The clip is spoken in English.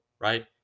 right